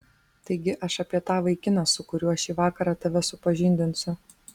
taigi aš apie tą vaikiną su kuriuo šį vakarą tave supažindinsiu